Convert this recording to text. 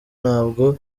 ntabwo